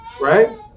right